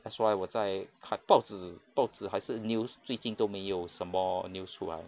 that's why 我在看报纸报纸还是 news 最近都没有什么 news 出来